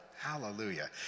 Hallelujah